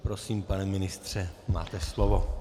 Prosím, pane ministře, máte slovo.